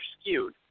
skewed